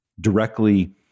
directly